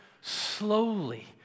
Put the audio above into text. slowly